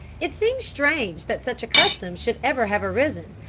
it seems strange that such a custom should ever have arisen,